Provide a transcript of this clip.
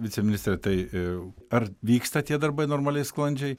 viceministre tai ar vyksta tie darbai normaliai sklandžiai